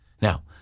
Now